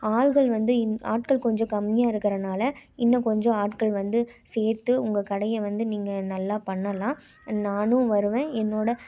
ஆட்கள் வந்து ஆட்கள் கொஞ்சம் கம்மியாக இருக்குறதுனால இன்னும் கொஞ்சம் ஆட்கள் வந்து சேர்த்து உங்கள் கடையை வந்து நீங்கள் நல்லா பண்ணலாம் நானும் வருவேன் என்னோட